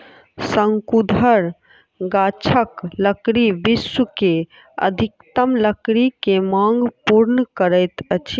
शंकुधर गाछक लकड़ी विश्व के अधिकतम लकड़ी के मांग पूर्ण करैत अछि